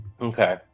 Okay